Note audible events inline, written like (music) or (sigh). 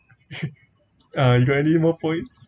(laughs) you got any more points